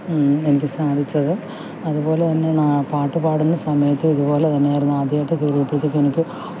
എനിക്ക് സാധിച്ചത് അതുപോലെ തന്നെ നാ പാട്ട് പാടുന്ന സമയത്തും ഇത്പോലെ തന്നെയായിരുന്നു ആദ്യമായിട്ട് കയറിയപ്പഴത്തേക്കും എനിക്ക്